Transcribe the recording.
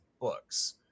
books